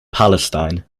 palestine